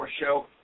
Show